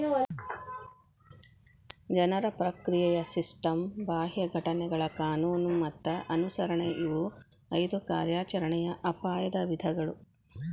ಜನರ ಪ್ರಕ್ರಿಯೆಯ ಸಿಸ್ಟಮ್ ಬಾಹ್ಯ ಘಟನೆಗಳ ಕಾನೂನು ಮತ್ತ ಅನುಸರಣೆ ಇವು ಐದು ಕಾರ್ಯಾಚರಣೆಯ ಅಪಾಯದ ವಿಧಗಳು